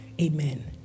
Amen